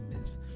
miss